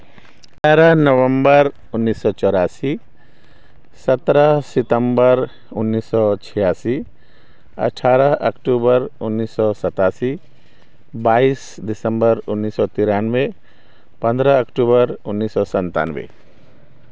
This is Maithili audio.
ग्यारह नवम्बर उन्नैस सए चौरासी सत्रह सितम्बर उन्नैस सए छियासी अठारह अक्टूबर उन्नैस सए सतासी बाइस दिसम्बर उन्नैस सए तेरानवे पन्द्रह अक्टूबर उन्नैस सए सन्तानवे